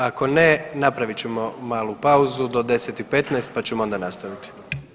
Ako ne, napravit ćemo malu pauzu do 10 i 15 pa ćemo onda nastaviti.